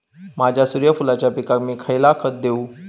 माझ्या सूर्यफुलाच्या पिकाक मी खयला खत देवू?